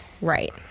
Right